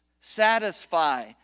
satisfy